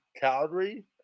Calgary